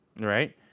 right